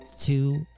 Two